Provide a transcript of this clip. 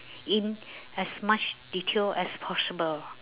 in as much detail as possible